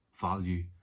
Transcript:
Value